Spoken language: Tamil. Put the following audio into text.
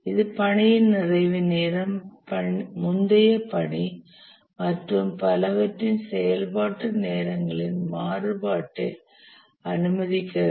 இது பணியின் நிறைவு நேரம் முந்தைய பணி மற்றும் பலவற்றின் செயல்பாட்டு நேரங்களின் மாறுபாட்டை அனுமதிக்கிறது